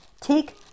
take